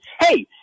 hey